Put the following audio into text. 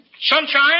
Sunshine